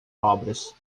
obras